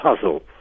puzzle